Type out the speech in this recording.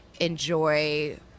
enjoy